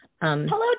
Hello